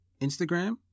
Instagram